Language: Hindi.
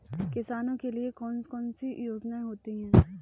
किसानों के लिए कौन कौन सी योजनायें होती हैं?